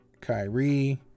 Kyrie